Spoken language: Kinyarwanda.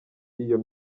iyo